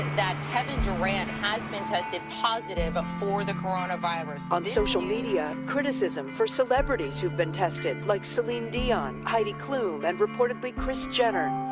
that kevin durant has been tested positive ah for the coronavirus. on social media, criticism for celebrities who've been tested, like celine dion, heidi klum, and reportedly kris jenner.